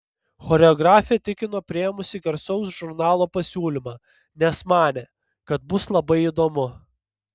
choreografė tikino priėmusi garsaus žurnalo pasiūlymą nes manė kad bus labai įdomu